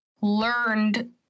learned